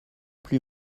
plus